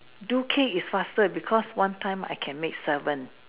do cake is faster because one time I can make seven